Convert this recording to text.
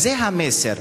זה המסר.